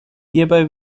hierbei